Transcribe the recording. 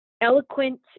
eloquent